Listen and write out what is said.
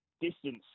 distance